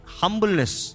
humbleness